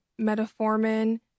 metformin